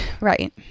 Right